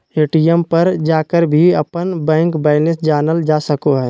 ATM पर जाकर भी अपन बैंक बैलेंस जानल जा सको हइ